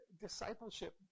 discipleship